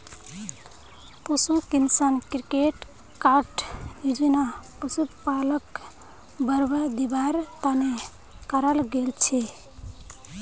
पशु किसान credit card योजना पशुपालनक बढ़ावा दिवार तने कराल गेल छे